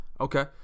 Okay